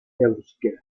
euskera